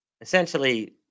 Essentially